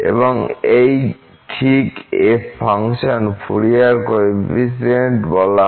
এবং এই ঠিক f ফাংশন ফুরিয়ার কোফিসিয়েন্টস হয়